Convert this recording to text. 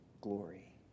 glory